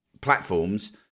platforms